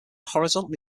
horizontally